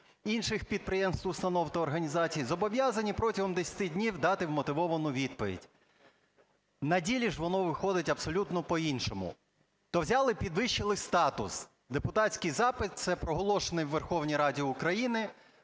інших підприємств, установ та організацій зобов'язані протягом 10 днів дати вмотивовану відповідь. На ділі ж воно виходить абсолютно по-іншому. То взяли підвищили статус: депутатський запит – це проголошений у Верховній Раді України…